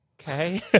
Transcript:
Okay